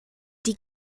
die